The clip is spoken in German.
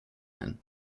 ein